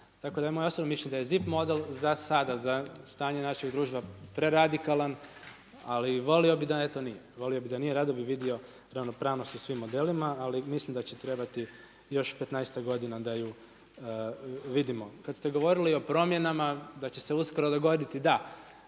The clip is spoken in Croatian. Tako da je moje osobno mišljenje da je ZIP model za sada za stanje našeg društva preradikalan, ali volio bi eto da nije, volio bi da nije, rado bi vidio ravnopravnost u svim modelima, ali mislim da će trebati još petnaestak godina da ju vidimo. Kada ste govorili o promjenama da će se uskoro dogoditi, da,